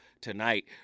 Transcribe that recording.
tonight